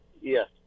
Yes